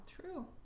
true